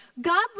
God